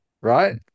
right